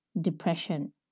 depression